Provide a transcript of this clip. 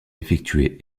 effectuées